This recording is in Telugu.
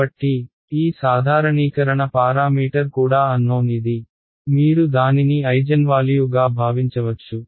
కాబట్టి ఈ సాధారణీకరణ పారామీటర్ కూడా అన్నోన్ ఇది మీరు దానిని ఐజెన్వాల్యూ గా భావించవచ్చు